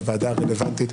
בוועדה הרלוונטית,